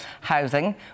housing